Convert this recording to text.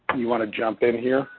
you want to jump in here?